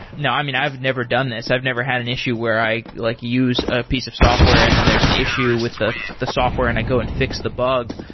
no. i mean, i've never done this. i've never had an issue where i like use a piece of software and then there's an issue with the the software and i go and fix the bug.